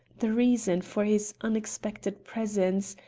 the reason for his unexpected presence,